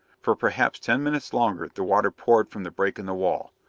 for perhaps ten minutes longer the water poured from the break in the wall,